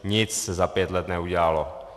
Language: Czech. Nic se za pět let neudělalo.